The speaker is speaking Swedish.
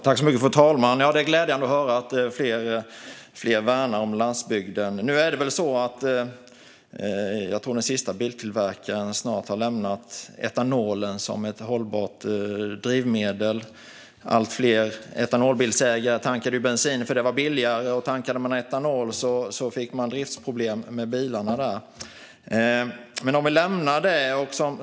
Fru talman! Det är glädjande att höra att fler värnar om landsbygden. Jag tror att den sista biltillverkaren snart har lämnat etanolen som ett hållbart drivmedel. Allt fler etanolbilsägare tankade bensin för att det var billigare. Och om man tankade etanol fick man driftsproblem med bilarna. Men vi kan lämna det.